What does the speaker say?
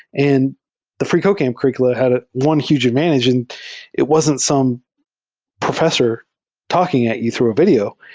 and the freecodecamp curr iculum had ah one huge advantage, and it wasn't some professor talking at you through a video.